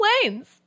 planes